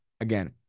Again